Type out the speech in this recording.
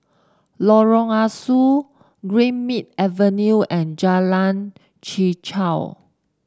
Lorong Ah Soo Greenmead Avenue and Jalan Chichau